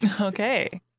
Okay